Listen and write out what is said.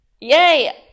Yay